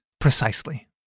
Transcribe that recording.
Precisely